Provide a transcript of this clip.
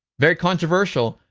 very controversial.